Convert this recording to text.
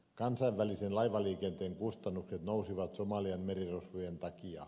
kansainvälisen laivaliikenteen kustannukset nousivat somalian merirosvojen takia